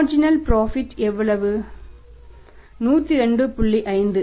marginal profit வை 46